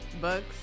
Books